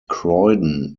croydon